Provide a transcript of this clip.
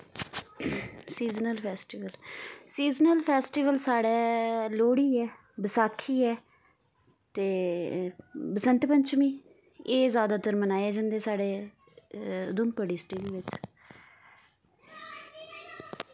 seasonal festival seasonal festival साढै़ लोह्ड़ी ऐ बसाखी ऐ ते बसैंतपंचमी एह् जैदातर मनाऐ जंदे साढ़े ऊघमपुर डिस्टिक बिच्च